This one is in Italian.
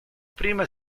prima